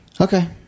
Okay